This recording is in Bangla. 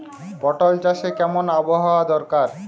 পটল চাষে কেমন আবহাওয়া দরকার?